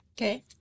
Okay